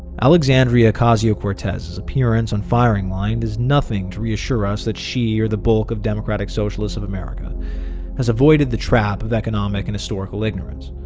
alexandria ocasio-cortez's appearance on firing line does nothing to reassure us that she or the bulk of the democratic socialists of america has avoided the trap of economic and historical ignorance.